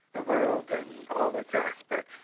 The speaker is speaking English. the world and all its aspects,